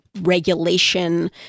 regulation